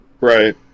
right